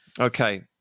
Okay